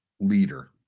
leader